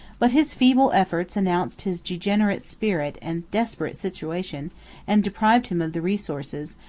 but his feeble efforts announced his degenerate spirit and desperate situation and deprived him of the resources,